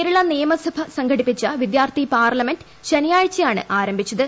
കേരള നിയമസഭ സംഘടിപ്പിച്ച വിദ്യാർത്ഥി പാർലമെന്റ് ശനിയാഴ്ചയാണ് ആരംഭിച്ചത്